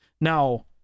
Now